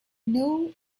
know